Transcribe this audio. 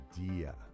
idea